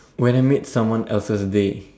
when I made someone else's day